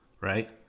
right